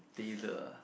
tailor ah